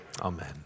amen